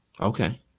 Okay